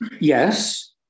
Yes